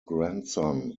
grandson